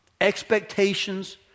expectations